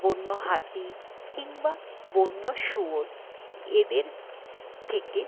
বন্য হাতি কিংবা বন্য শুয়োর এদের থেকে